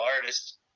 artist